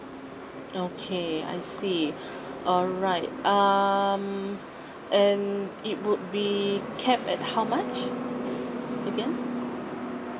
okay I see alright um and it would be capped at how much again